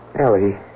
Ellie